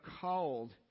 called